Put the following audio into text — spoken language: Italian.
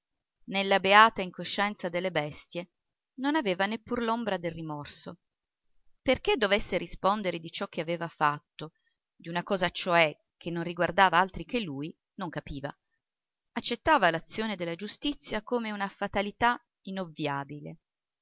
nella beata incoscienza delle bestie non aveva neppur l'ombra del rimorso perché dovesse rispondere di ciò che aveva fatto di una cosa cioè che non riguardava altri che lui non capiva accettava l'azione della giustizia come una fatalità